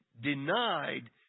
denied